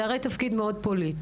זה הרי תפקיד מאוד פוליטי.